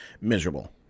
miserable